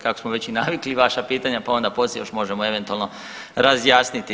Kako smo već i navikli i vaša pitanja, pa onda poslije još možemo eventualno razjasniti.